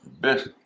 best